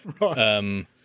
Right